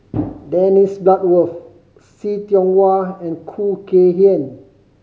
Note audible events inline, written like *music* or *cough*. *noise* Dennis Bloodworth See Tiong Wah and Khoo Kay Hian